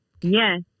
Yes